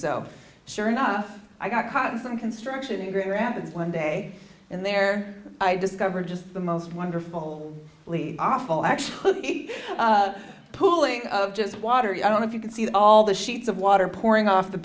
so sure enough i got caught in some construction in grand rapids one day and there i discovered just the most wonderful lead awful actually pulling of just water and i don't know if you can see all the sheets of water pouring off the